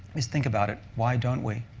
just think about it. why don't we?